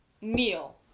meal